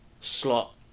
slot